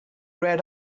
red